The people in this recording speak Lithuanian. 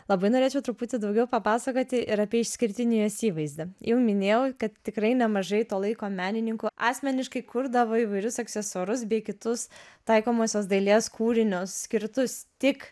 labai norėčiau truputį daugiau papasakoti ir apie išskirtinį jos įvaizdį jau minėjau kad tikrai nemažai to laiko menininkų asmeniškai kurdavo įvairius aksesuarus bei kitus taikomosios dailės kūrinius skirtus tik